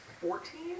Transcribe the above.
Fourteen